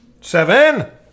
Seven